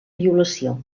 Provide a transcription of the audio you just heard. violació